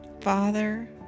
Father